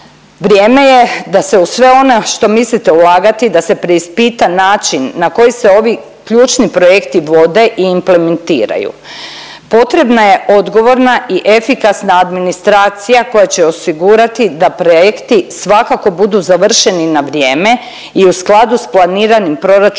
Vrijeme je da se u sve ono što mislite ulagati da se preispita način na koji se ovi ključni projekti vode i implementiraju. Potrebna je odgovorna i efikasna administracija koja će osigurati da projekti svakako budu završeni na vrijeme i u skladu s planiranim proračunom